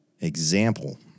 Example